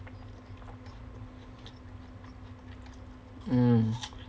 mm